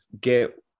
Get